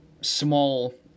small